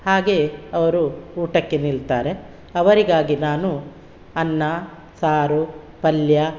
ಹಾಗೆ ಅವರು ಊಟಕ್ಕೆ ನಿಲ್ತಾರೆ ಅವರಿಗಾಗಿ ನಾನು ಅನ್ನ ಸಾರು ಪಲ್ಯ